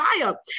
fire